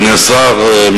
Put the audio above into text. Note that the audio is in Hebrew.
אדוני השר,